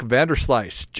Vanderslice